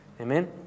Amen